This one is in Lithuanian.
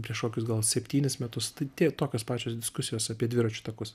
prieš kokius gal septynis metus tie tokios pačios diskusijos apie dviračių takus